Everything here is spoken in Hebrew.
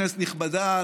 כנסת נכבדה,